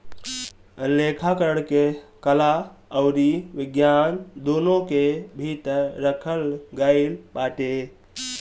लेखाकरण के कला अउरी विज्ञान दूनो के भीतर रखल गईल बाटे